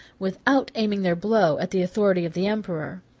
without aiming their blow at the authority of the emperor.